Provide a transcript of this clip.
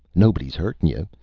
nobody's hurtin' yuh.